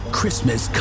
Christmas